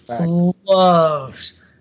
Loves